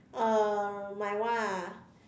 uh my one ah